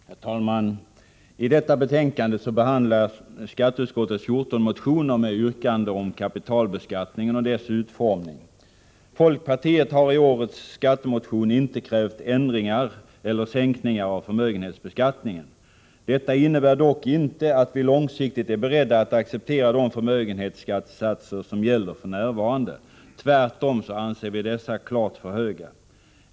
Herr talman! I detta betänkande behandlar skatteutskottet 14 motioner med yrkanden som gäller kapitalbeskattningen och dess utformning. Folkpartiet har i årets skattemotion inte krävt ändringar eller sänkningar av förmögenhetsskatten. Det innebär dock inte att vi långsiktigt är beredda att acceptera de förmögenhetsskattesatser som gäller för närvarande. Tvärtom anser vi att dessa är klart för höga.